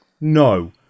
No